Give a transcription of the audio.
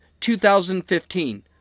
2015